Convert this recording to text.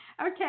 Okay